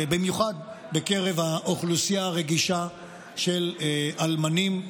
במיוחד בקרב האוכלוסייה הרגישה של האלמנים,